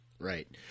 Right